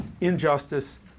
injustice